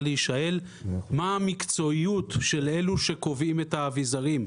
להישאל: מה המקצועיות של אלה שקובעים את האביזרים?